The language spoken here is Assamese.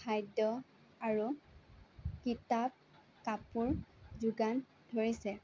খাদ্য আৰু কিতাপ কাপোৰ যোগান ধৰিছে